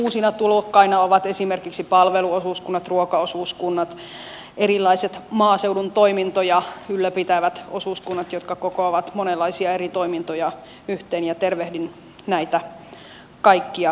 uusina tulokkaina ovat esimerkiksi palveluosuuskunnat ruokaosuuskunnat erilaiset maaseudun toimintoja ylläpitävät osuuskunnat jotka kokoavat monenlaisia eri toimintoja yhteen ja tervehdin näitä kaikkia ilolla